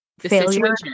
failure